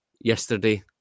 yesterday